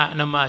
nama